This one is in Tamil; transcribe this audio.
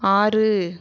ஆறு